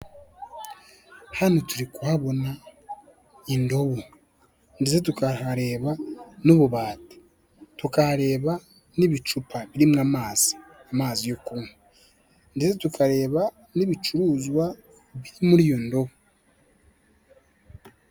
Hano turi kuhabona indobo ndetse tukanahareba n'ububati, tukahareba n'ibicupa birimo amazi, amazi yo kuywa, ndetse tukareba n'ibicuruzwa biri muri iyo ndobo.